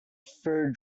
fur